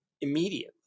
immediately